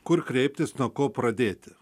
kur kreiptis nuo ko pradėti